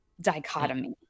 dichotomy